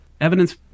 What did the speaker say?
Evidence